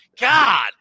God